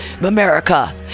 America